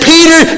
Peter